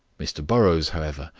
mr burrows, however,